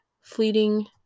fleeting